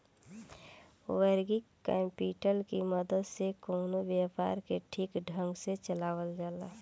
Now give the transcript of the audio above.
working capital की मदद से कवनो व्यापार के ठीक ढंग से चलावल जाला